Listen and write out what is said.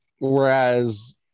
Whereas